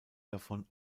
davon